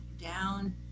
down